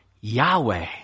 Yahweh